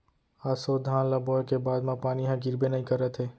ऑसो धान ल बोए के बाद म पानी ह गिरबे नइ करत हे